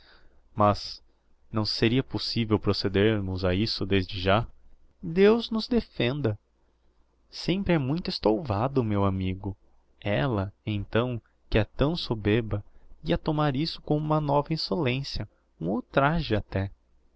mas não seria possivel procedermos a isso desde já deus nos defenda sempre é muito estouvado meu amigo ella então que é tão soberba ia tomar isso como uma nova insolencia um ultraje até